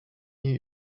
new